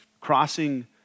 crossing